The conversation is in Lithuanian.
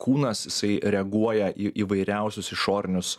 kūnas jisai reaguoja į įvairiausius išorinius